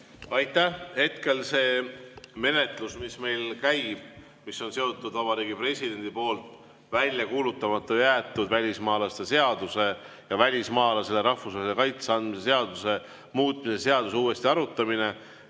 Aitäh! Hetkel see menetlus, mis meil käib, Vabariigi Presidendi poolt välja kuulutamata jäetud välismaalaste seaduse ja välismaalasele rahvusvahelise kaitse andmise seaduse muutmise seaduse uuesti arutamine,